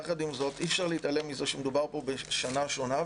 אי אפשר להתעלם מזה שמדובר בשנה שונה,